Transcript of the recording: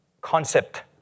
concept